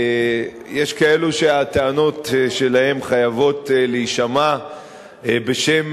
יש כאלה שהטענות שלהם חייבות להישמע בשם,